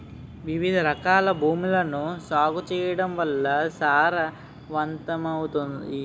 వివిధరకాల భూములను సాగు చేయడం వల్ల సారవంతమవుతాయి